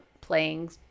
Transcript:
playing